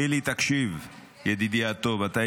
חילי, ידידי הטוב, תקשיב.